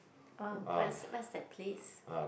ah what's what's that place